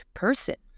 person